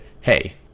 hey